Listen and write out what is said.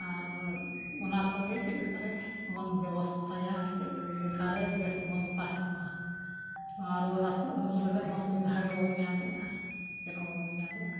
ᱟᱨ ᱚᱱᱟ ᱠᱚᱜᱮ ᱪᱮᱫ ᱞᱮᱠᱟ ᱨᱮᱵᱚᱱ ᱵᱮᱵᱚᱥᱛᱟᱭᱟ ᱪᱮᱫ ᱞᱮᱠᱟᱨᱮ ᱵᱮᱥᱵᱚᱱ ᱛᱟᱦᱮᱱᱼᱢᱟ ᱱᱚᱣᱟ ᱨᱩᱣᱟᱹ ᱦᱟᱹᱥᱩ ᱦᱟᱹᱥᱩ ᱞᱟᱹᱜᱩᱤᱫ ᱦᱚᱸ ᱥᱩᱵᱤᱫᱷᱟᱜᱮ ᱵᱟᱵᱚᱱ ᱧᱟᱢᱮᱜᱼᱟ ᱪᱮᱫ ᱦᱚᱸ ᱵᱟᱵᱚᱱ ᱧᱟᱢᱮᱜᱼᱟ